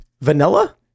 Vanilla